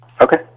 Okay